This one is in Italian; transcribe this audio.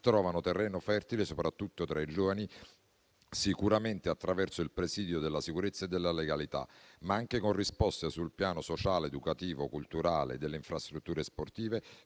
trovano terreno fertile soprattutto tra i giovani, sicuramente attraverso il presidio della sicurezza e della legalità, ma anche con risposte sul piano sociale, educativo, culturale, delle infrastrutture sportive,